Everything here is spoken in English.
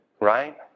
right